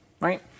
right